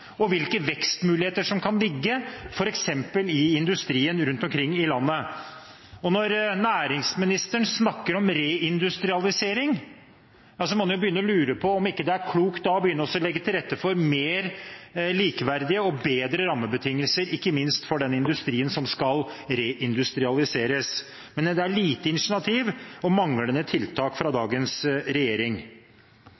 og hvilke vekstmuligheter som kan ligge f.eks. i industrien rundt omkring i landet. Når næringsministeren snakker om reindustrialisering, må man jo lure på om det ikke da er lurt å begynne å legge til rette for mer likeverdige og bedre rammebetingelser, ikke minst for den industrien som skal reindustrialiseres. Men det er lite initiativ og manglende tiltak fra